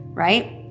Right